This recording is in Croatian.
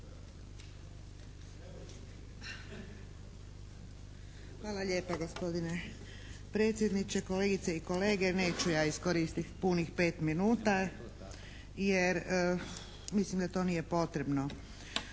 Hvala lijepa gospodine predsjedniče, kolegice i kolege. Neću ja iskoristiti punih 5 minuta jer mislim da to nije potrebno.